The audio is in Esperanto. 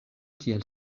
kiel